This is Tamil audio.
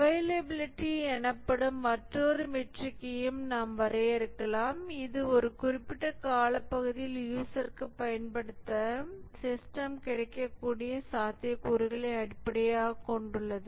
அவைலபிலிடி எனப்படும் மற்றொரு மெட்ரிக்கையும் நாம் வரையறுக்கலாம் இது ஒரு குறிப்பிட்ட காலப்பகுதியில் யூசர்க்குப் பயன்படுத்த சிஸ்டம் கிடைக்கக்கூடிய சாத்தியக்கூறுகளை அடிப்படையாகக் கொண்டுள்ளது